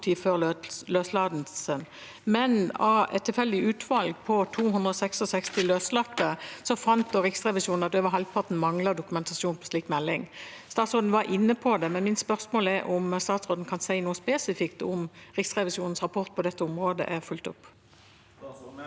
tid før løslatelse, men av et tilfeldig utvalg på 266 løslatte fant Riksrevisjonen at over halvparten manglet dokumentasjon på slik melding. Statsråden var inne på det, men mitt spørsmål er om statsråden kan si noe spesifikt om Riksrevisjonens rapport på dette området er fulgt opp.